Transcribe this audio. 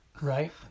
right